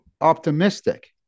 optimistic